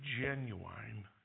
genuine